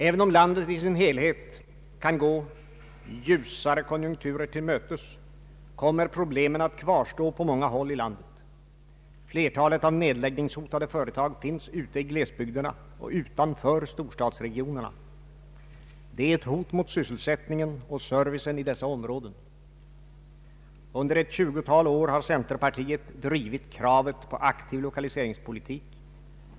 Även om landet i sin helhet kan gå ljusare konjunkturer till mötes, kommer problemen att kvarstå på många håll i landet. Flertalet av nedläggningshotade företag finns ute i glesbygderna och utanför storstadsregionerna. Det är ett hot mot syselsättningen och servicen i dessa områden. Under ett tjugotal år har centerpartiet drivit kravet på aktiv lokaliseringspolitik.